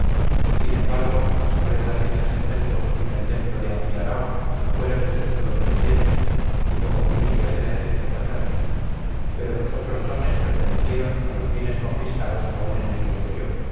sin embargo las ofrendas hechas en delfos y en el templo de anfiarao fueron de sus propios bienes y como primicias de la herencia paterna pero los otros dones pertenecieron a los bienes confiscados a un enemigo suyo